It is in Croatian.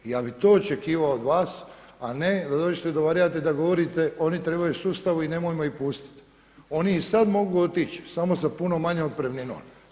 I ja bih to očekivao od vas, a ne da dođete do varijante da govorite oni trebaju u sustavu i nemojmo ih pustiti, oni i sada mogu otići samo sa puno manjom otpremninom.